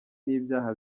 n’ibyaha